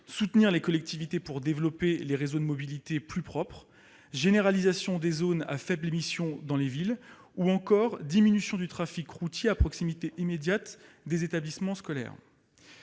soutenir les collectivités pour développer des réseaux de mobilités plus propres, à généraliser les zones à faibles émissions dans les villes ou encore à diminuer le trafic routier à proximité immédiate des établissements scolaires.